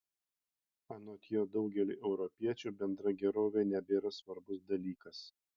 anot jo daugeliui europiečių bendra gerovė nebėra svarbus dalykas